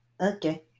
okay